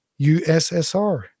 USSR